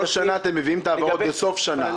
כל שנה אתם מביאים את העברות לסוף שנה.